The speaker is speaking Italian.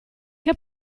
che